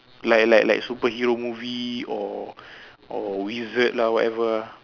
like like like superhero movie or or wizard lah whatever